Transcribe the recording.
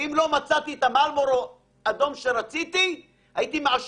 ובכלל זה הוראות שמטרתן סימון לשם זיהוי או עקיבות,